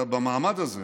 עכשיו, במעמד הזה